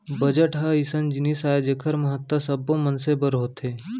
budget ह अइसन जिनिस आय जेखर महत्ता सब्बो मनसे बर होथे